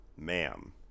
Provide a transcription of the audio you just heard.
Ma'am